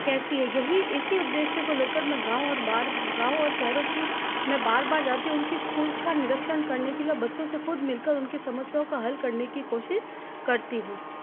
कैसी है यही इसी उद्देश्य को ले कर मैं गाँव और बाहर गाँव और शहरों की मैं बार बार जाती हूँ उनकी इस्कूलस का निरक्षण करने के लिए बच्चों से ख़ुद मिल कर उनकी समस्याओं का हल करने की कोशिश करती हूँ